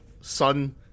sun